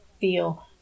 feel